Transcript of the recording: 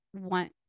want